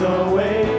away